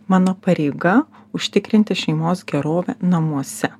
mano pareiga užtikrinti šeimos gerovę namuose